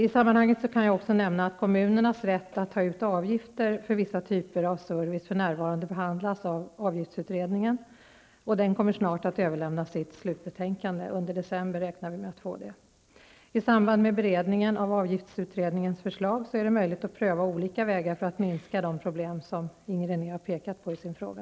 I sammanhanget kan jag också nämna att kommunernas rätt att ta ut avgifter för vissa typer av service för närvarande behandlas av avgiftsutredningen , som snart kommer att överlämna sitt slutbetänkande. Vi räknar med att det kommer att ske under december. I samband med beredningen av avgiftsutredningens förslag är det möjligt att pröva olika vägar för att minska de problem som Inger René har pekat på i sin fråga.